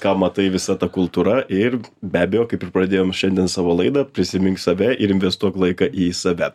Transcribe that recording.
ką matai visa ta kultūra ir be abejo kaip ir pradėjom šiandien savo laidą prisimink save ir investuok laiką į save